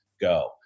go